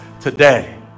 today